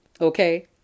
Okay